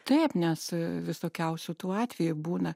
taip nes visokiausių tų atvejų būna